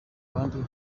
bandi